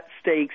Stakes